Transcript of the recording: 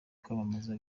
kwamamaza